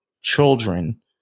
children